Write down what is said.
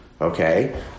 Okay